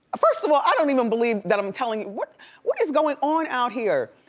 first of all, i don't even believe that i'm telling you. what what is going on out here?